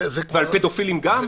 ועל פדופילים גם?